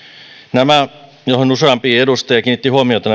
nämä pankkien järjestämättömät luotot joihin useampi edustaja kiinnitti huomiota